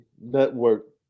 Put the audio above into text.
Network